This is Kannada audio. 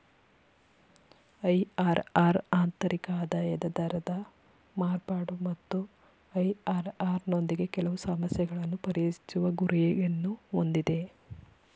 ಐ.ಆರ್.ಆರ್ ಆಂತರಿಕ ಆದಾಯದ ದರದ ಮಾರ್ಪಾಡು ಮತ್ತು ಐ.ಆರ್.ಆರ್ ನೊಂದಿಗೆ ಕೆಲವು ಸಮಸ್ಯೆಗಳನ್ನು ಪರಿಹರಿಸುವ ಗುರಿಯನ್ನು ಹೊಂದಿದೆ